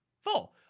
full